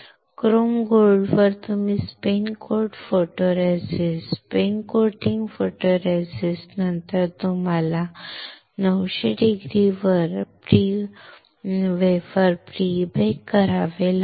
Chrome गोल्डवर तुम्ही spin coat photoresist spin coating photoresist नंतर तुम्हाला 900C वर वेफर प्री बेक करावे लागेल